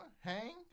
hang